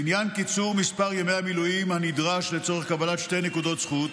לעניין קיצור מספר ימי המילואים הנדרש לצורך קבלת שתי נקודות זכות,